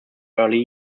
early